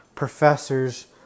professors